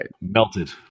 Melted